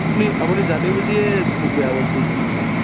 আপুনি আপুনি জানি বুজিয়ে মোক বেয়া বস্তু দিছে চাগে